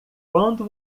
quando